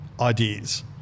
ideas